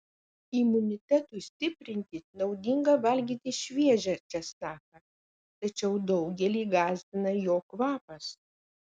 imunitetui stiprinti naudinga valgyti šviežią česnaką tačiau daugelį gąsdina jo kvapas